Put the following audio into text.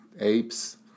apes